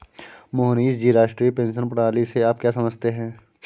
मोहनीश जी, राष्ट्रीय पेंशन प्रणाली से आप क्या समझते है?